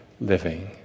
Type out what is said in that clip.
living